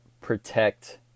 protect